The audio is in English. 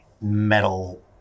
metal